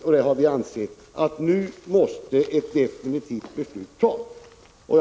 Vi har ansett att ett definitivt beslut måste fattas nu.